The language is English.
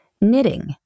Knitting